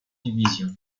divisions